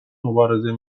مبارزه